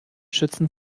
schützen